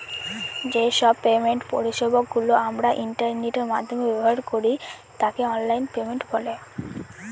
যে সব পেমেন্ট পরিষেবা গুলো আমরা ইন্টারনেটের মাধ্যমে ব্যবহার করি তাকে অনলাইন পেমেন্ট বলে